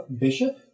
Bishop